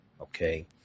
Okay